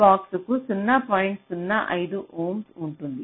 05 ohm ఉంటుంది